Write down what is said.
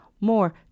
more